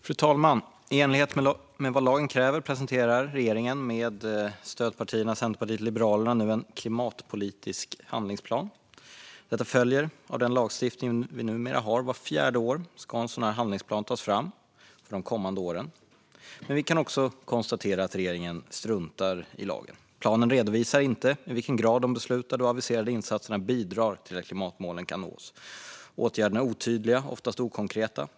Fru talman! I enlighet med vad lagen kräver presenterar regeringen med stödpartierna Centerpartiet och Liberalerna nu en klimatpolitisk handlingsplan. Detta följer av den lagstiftning som vi numera har. Vart fjärde år ska en sådan här handlingsplan tas fram för de kommande åren, men vi kan konstatera att regeringen struntar i lagen. Planen redovisar inte i vilken grad de beslutade och aviserade insatserna bidrar till att klimatmålen kan nås. Åtgärderna är otydliga och oftast okonkreta.